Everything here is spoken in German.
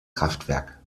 kraftwerk